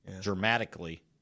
dramatically